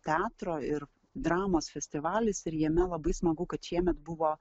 teatro ir dramos festivalis ir jame labai smagu kad šiemet buvo